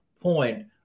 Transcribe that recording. point